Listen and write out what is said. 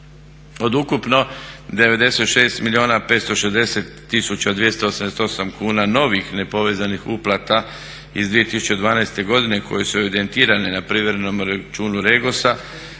tisuća 288 kuna novih nepovezanih uplata iz 2012. godine koji su evidentirani na privremenom računu REGOS-a